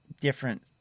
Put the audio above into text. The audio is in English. different